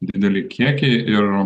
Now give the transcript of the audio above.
dideli kiekiai ir